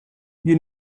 you